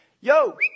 Yo